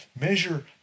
measure